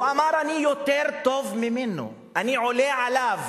הוא אמר: אני יותר טוב ממנו, אני עולה עליו.